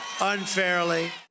unfairly